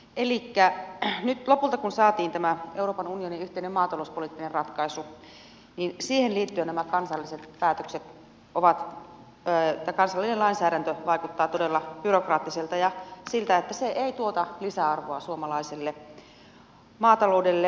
elikkä nyt lopulta kun saatiin tämä euroopan unionin yhteinen maatalouspoliittinen ratkaisu niin siihen liittyen kansallinen lainsäädäntö vaikuttaa todella byrokraattiselta ja siltä että se ei tuota lisäarvoa suomalaiselle maataloudelle